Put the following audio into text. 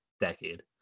decade